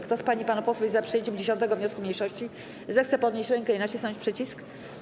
Kto z pań i panów posłów jest za przyjęciem 10. wniosku mniejszości, zechce podnieść rękę i nacisnąć przycisk.